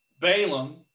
Balaam